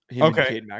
Okay